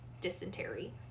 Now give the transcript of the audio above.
dysentery